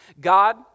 God